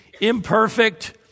imperfect